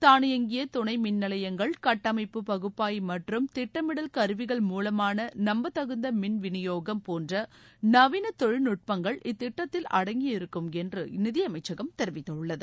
தானியங்கிய துணை மின்நிலையங்கள் கட்டமைப்பு பகுப்பாய் மற்றும் திட்டமிடல் கருவிகள் மூவமான நம்பத்தகுந்த மின் விநியோகம் போன்ற நவீன தொழில்நட்பங்கள் இத்திட்டத்தில் அடங்கியிருக்கும் என்று நிதியமைச்சகம் தெரிவித்துள்ளது